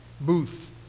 Booth